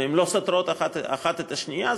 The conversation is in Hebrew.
והן לא סותרות אחת את השנייה,